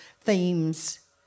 themes